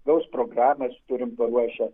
gaus programas turim paruošę